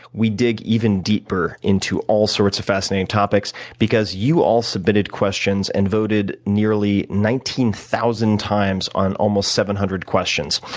we dig even deeper into all sorts of fascinating topics, because you all submitted questions and voted nearly nineteen thousand times on almost seven hundred questions.